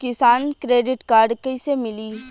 किसान credit card कइसे मिली?